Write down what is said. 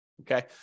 Okay